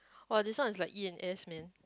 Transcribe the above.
[wah] this one is like E and S man